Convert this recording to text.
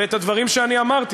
ואת הדברים שאני אמרתי,